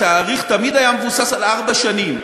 התאריך תמיד היה מבוסס על ארבע שנים,